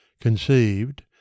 Conceived